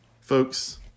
folks